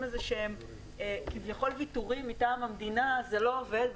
איזה שהם כביכול ויתורים מטעם המדינה זה לא עובד,